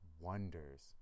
wonders